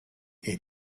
est